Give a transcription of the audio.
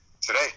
today